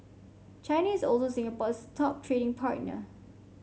China is also Singapore's top trading partner